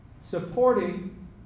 supporting